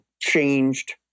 changed